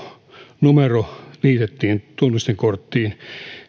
veronumero liitettiin tunnistekorttiin